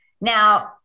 Now